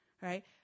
right